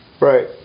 Right